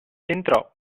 entrò